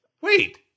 wait